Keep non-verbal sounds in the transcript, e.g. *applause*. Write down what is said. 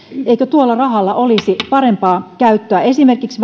eikö tuolla rahalla olisi parempaa käyttöä esimerkiksi *unintelligible*